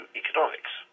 economics